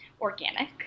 organic